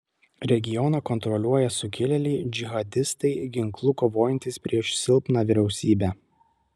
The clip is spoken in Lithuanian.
regioną kontroliuoja sukilėliai džihadistai ginklu kovojantys prieš silpną vyriausybę